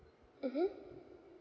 mmhmm